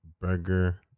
burger